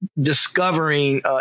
discovering